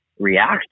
react